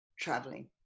traveling